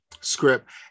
script